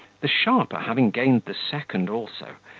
the sharper having gained the second also,